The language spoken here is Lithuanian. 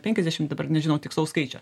penkiasdešim dabar nežinau tikslaus skaičio